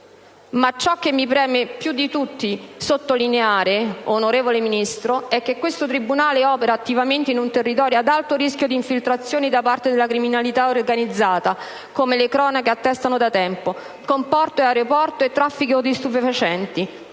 Ma ciò che più di tutto mi preme sottolineare, onorevole Ministro, è che questo tribunale opera attivamente in un territorio ad alto rischio di infiltrazioni da parte della criminalità organizzata - come le cronache attestano da tempo - con porto, aeroporto e traffico di stupefacenti,